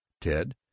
ted